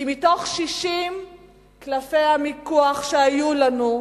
כי מתוך 60 קלפי המיקוח שהיו לנו,